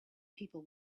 people